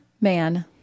man